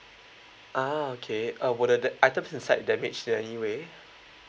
ah okay uh were the the items inside damaged in any way